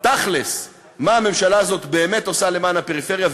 תכל'ס מה הממשלה הזאת באמת עושה למען הפריפריה,